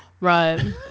Right